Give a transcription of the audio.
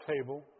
table